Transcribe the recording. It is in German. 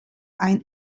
ein